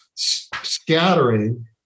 Scattering